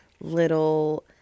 little